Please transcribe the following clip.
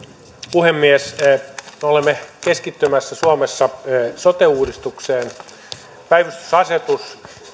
puhemies me olemme keskittymässä suomessa sote uudistukseen päivystysasetus